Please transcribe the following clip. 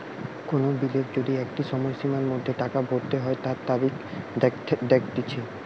কোন বিলের যদি একটা সময়সীমার মধ্যে টাকা ভরতে হই তার তারিখ দেখাটিচ্ছে